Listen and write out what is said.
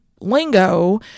lingo